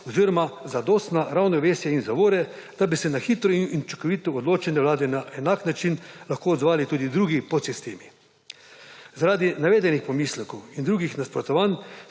oziroma zadostna ravnovesja in zavore, da bi se na hitro in učinkovito odločanje vlade na enak način lahko odzvali tudi drugi podsistemi. Zaradi navedenih pomislekov in drugih nasprotovanj